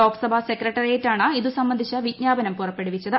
ലോക്സഭ സെക്രട്ടേറിയറ്റാണ് ഇത് സംബന്ധിച്ച വിജ്ഞാപനം പുറപ്പെടുവിച്ചത്